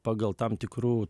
pagal tam tikrų